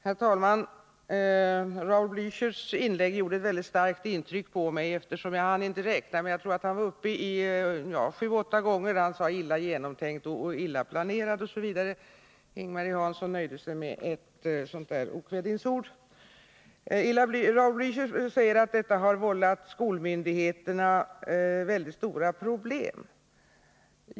Herr talman! Raul Blächers inlägg gjorde ett mycket starkt intryck på mig, eftersom han upprepade gånger — jag hann inte räkna alla, men det var åtminstone sju å åtta gånger — använde uttryck som ”illa genomtänkt”, ”illa planerad” osv. Ing-Marie Hansson nöjde sig med att en gång framföra sådana okvädinsord. Raul Bliächer säger att regeringspropositionen har vållat skolmyndigheterna mycket stora problem.